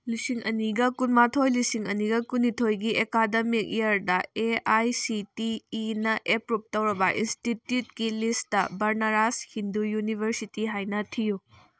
ꯂꯤꯁꯤꯡ ꯑꯅꯤꯒ ꯀꯨꯟꯃꯥꯊꯣꯏ ꯂꯤꯁꯤꯡ ꯑꯅꯤꯒ ꯀꯨꯟꯅꯤꯊꯣꯏꯒꯤ ꯑꯦꯀꯥꯗꯃꯤꯛ ꯏꯌꯔꯗ ꯑꯦ ꯑꯥꯏ ꯁꯤ ꯇꯤ ꯏꯅ ꯑꯦꯄ꯭ꯔꯨꯞ ꯇꯧꯔꯕ ꯏꯟꯁꯇꯤꯇ꯭ꯌꯨꯠꯀꯤ ꯂꯤꯁꯇ ꯕꯅꯥꯔꯁ ꯍꯤꯟꯗꯨ ꯌꯨꯅꯤꯚꯔꯁꯤꯇꯤ ꯍꯥꯏꯅ ꯊꯤꯌꯨ